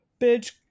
bitch